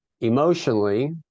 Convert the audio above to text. Emotionally